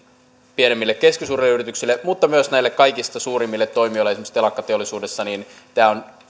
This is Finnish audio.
pienemmille ja keskisuurille yrityksille mutta myös näille kaikista suurimmille toimijoille esimerkiksi telakkateollisuudessa on